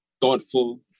thoughtful